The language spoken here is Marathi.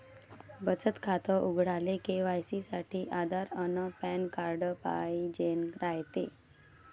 बचत खातं उघडाले के.वाय.सी साठी आधार अन पॅन कार्ड पाइजेन रायते